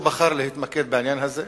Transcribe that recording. הוא בחר להתמקד בעניין הזה.